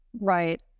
Right